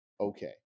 Okay